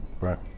Right